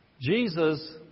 Jesus